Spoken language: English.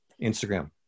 Instagram